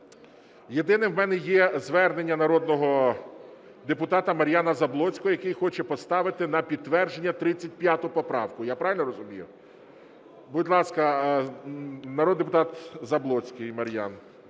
Єдине, в мене є звернення народного депутата Мар'яна Заблоцького, який хоче поставити на підтвердження 35 поправку. Я правильно розумію? Будь ласка, народний депутат Заблоцький Мар'ян.